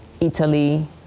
Italy